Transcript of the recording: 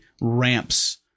ramps